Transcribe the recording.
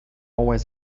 always